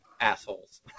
assholes